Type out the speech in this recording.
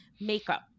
makeup